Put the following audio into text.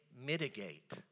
mitigate